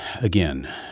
again